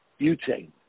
butane